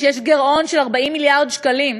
שיש גירעון של 40 מיליארד שקלים,